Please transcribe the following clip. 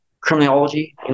criminology